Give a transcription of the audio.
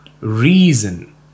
reason